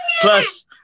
Plus